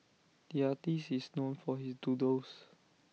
the artist is known for his doodles